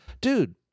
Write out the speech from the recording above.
dude